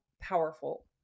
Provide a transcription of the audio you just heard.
powerful